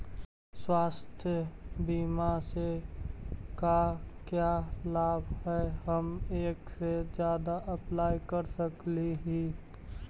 स्वास्थ्य बीमा से का क्या लाभ है हम एक से जादा अप्लाई कर सकली ही?